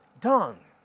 done